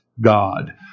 God